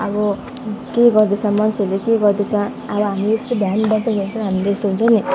अब के गर्दैछ मान्छेहरूले के गर्दैछ अब हामी यस्तो ध्यान बस्दाखेरि हामीलाई यस्तो हुन्छ नि